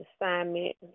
assignment